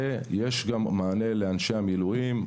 ויש גם מענה לאנשי המילואים,